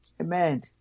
Amen